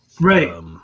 Right